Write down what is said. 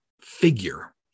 figure